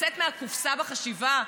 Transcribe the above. לצאת מהקופסה בחשיבה.